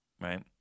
right